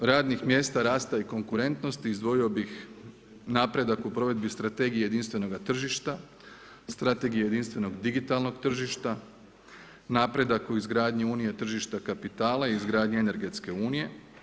Oko radnih mjesta, rasta i konkurentnosti izdvojio bih napredak u provedbi Strategije jedinstvenoga tržišta, Strategije jedinstvenog digitalnog tržišta, napredak u izgradnji Unije tržišta kapitala izgradnje Energetske unije.